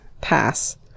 Pass